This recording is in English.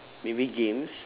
maybe games